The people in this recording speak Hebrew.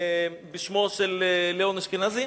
בשמו של ליאון אשכנזי?